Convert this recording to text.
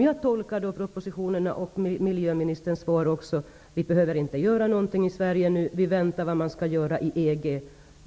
Jag tolkar propositionerna och miljöministerns svar som att man inte behöver göra någonting i Sverige nu utan att man väntar på vad som skall göras i EG.